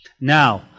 Now